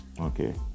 Okay